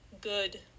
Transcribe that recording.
good